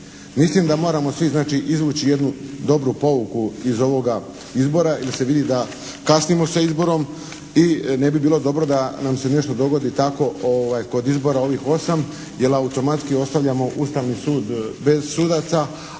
Mislim da moramo svi znači izvući jednu dobru pouku iz ovoga izbora jer se vidi da kasnimo sa izborom i ne bi bilo dobro da nam se nešto dogodi tako kod izbora ovih 8, jer automatski ostavljamo Ustavni sud bez sudaca,